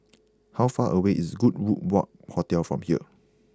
how far away is Goodwood walk Hotel from here